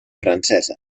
francesa